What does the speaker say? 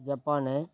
Japan